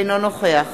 אינו נוכח